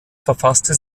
verfasste